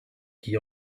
qui